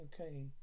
okay